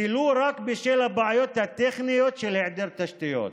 ולו רק בשל הבעיות הטכניות של היעדר תשתיות.